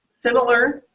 similar,